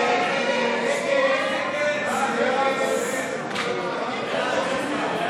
להעביר לוועדה את הצעת חוק איסור טיפולי המרה לקטין,